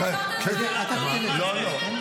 תעצור את הזמן, ואליד.